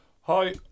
Hi